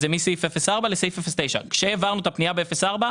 זה מסעיף 04 לסעיף 09. כאשר העברנו את הפנייה ב-04,